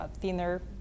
thinner